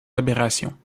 aberrations